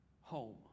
home